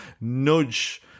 nudge